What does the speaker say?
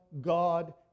God